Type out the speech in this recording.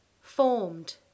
formed